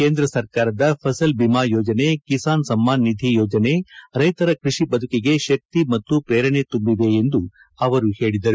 ಕೇಂದ್ರ ಸರ್ಕಾರದ ಫಸಲ್ ಬಿಮಾ ಯೋಜನೆ ಕಿಸಾನ್ ಸಮ್ಮಾನ್ ನಿಧಿ ಯೋಜನೆ ರೈತರ ಕೃಷಿ ಬದುಕಿಗೆ ಶಕ್ತಿ ಮತ್ತು ಪ್ರೇರಣೆ ತುಂಬಿದೆ ಎಂದು ಅವರು ಹೇಳಿದರು